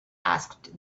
asked